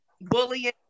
Bullying